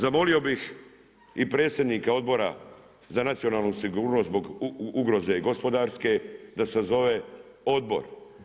Zamolio bi i predsjednika Odbor za nacionalnu sigurnost zbog ugroze i gospodarske da sazove odbor.